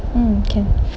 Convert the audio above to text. hmm can